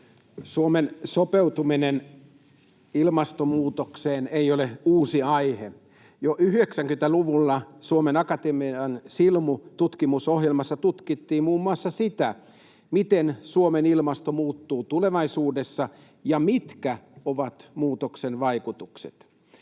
Suomen sopeutuminen ilmastonmuutokseen ei ole uusi aihe. Jo 90-luvulla Suomen Akatemian Silmu-tutkimusohjelmassa tutkittiin muun muassa sitä, miten Suomen ilmasto muuttuu tulevaisuudessa ja mitkä ovat muutoksen vaikutukset.